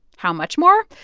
how much more?